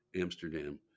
Amsterdam